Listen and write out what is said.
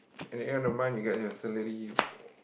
at the end of the month you get your salary O